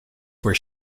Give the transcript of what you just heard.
for